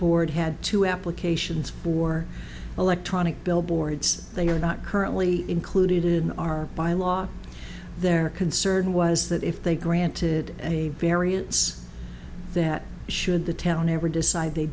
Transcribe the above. board had two applications for electronic billboards they are not currently included in our by law their concern was that if they granted a variance that should the town ever decide they